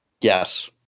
Yes